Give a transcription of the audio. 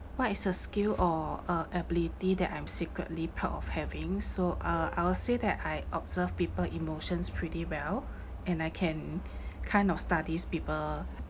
what is a skill or a ability that I'm secretly proud of having so uh I will say that I observe people emotions pretty well and I can kind of studies people